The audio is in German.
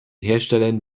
herstellern